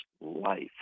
life